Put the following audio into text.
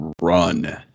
run